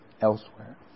elsewhere